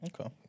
Okay